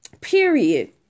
Period